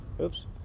Oops